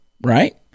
right